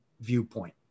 viewpoint